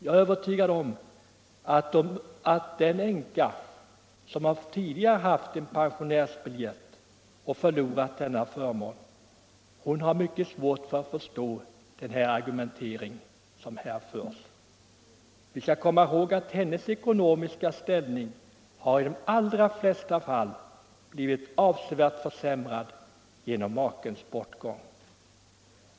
Jag är övertygad om att den änka som tidigare haft en pensionärsbiljett och förlorat denna förmån har mycket svårt att förstå den argumentering som herr Gustafson här för. Hennes ekonomiska ställning har ju i de allra flesta fall blivit avsevärt försämrad efter makens bortgång.